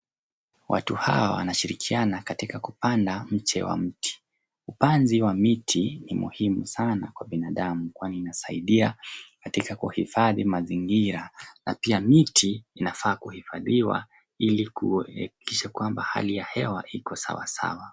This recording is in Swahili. Watu hawa wanashirikiana katika kupanda mche wa mti. Upanzi wa miti ni muhimu sana kwa binadamu kwani inasaidia katika kuhifadhi mazingira na pia miti inafaa kuhifadhiwa ili kuhakikisha kwamba hali ya hewa iko sawa sawa